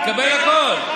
יקבל הכול,